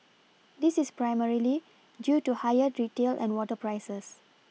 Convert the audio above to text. this is primarily due to higher retail and water prices